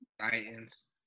Titans